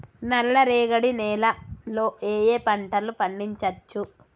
నల్లరేగడి నేల లో ఏ ఏ పంట లు పండించచ్చు?